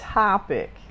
topic